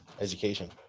education